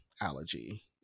allergy